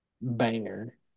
banger